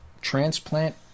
transplant